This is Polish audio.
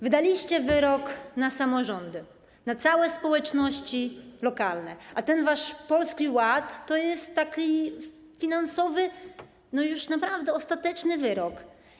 Wydaliście wyrok na samorządy, na całe społeczności lokalne, a ten wasz Polski Ład to jest taki finansowy, już naprawdę ostateczny wyrok.